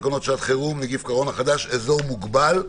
תקנות שעת חירום (נגיף הקורונה החדש) (אזור מוגבל),